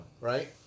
right